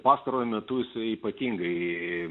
pastaruoju metu ypatingai